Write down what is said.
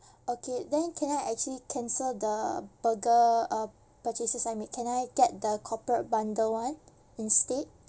okay then can I actually cancel the burger uh purchases I made can I get the corporate bundle [one] instead